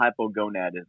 hypogonadism